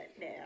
now